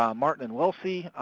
um martin and wilsey,